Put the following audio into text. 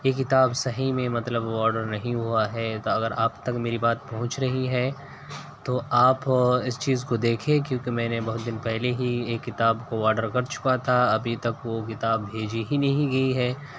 یہ کتاب صحیح میں مطلب آڈر نہیں ہوا ہے تو اگر آپ تک میری بات پہنچ رہی ہے تو آپ اس چیز کو دیکھیں کیونکہ میں نے بہت دن پہلے ہی یہ کتاب کو آڈر کر چکا تھا ابھی تک وہ کتاب بھیجی ہی نہیں گئی ہے